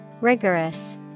Rigorous